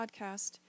podcast